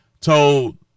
told